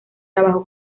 trabajó